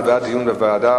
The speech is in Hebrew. זה בעד דיון בוועדה,